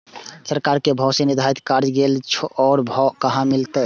सरकार के भाव जे निर्धारित कायल गेल छै ओ भाव कहाँ मिले छै?